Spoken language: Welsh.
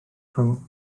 rhwng